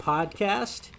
Podcast